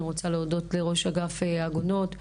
אני רוצה להודות לראש אגף העגונות,